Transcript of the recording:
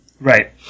Right